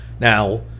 Now